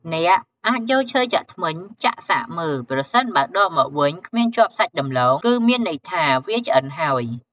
អ្នកអាចយកឈើចាក់ធ្មេញចាក់សាកមើល ប្រសិនបើដកមកវិញគ្មានជាប់សាច់ដំឡូង គឺមានន័យថាវាឆ្អិនហើយ។